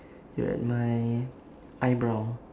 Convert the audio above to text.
you're at my eyebrow